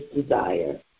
desire